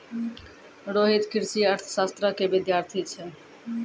रोहित कृषि अर्थशास्त्रो के विद्यार्थी छै